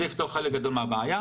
זה יפתור חלק גדול מהבעיה.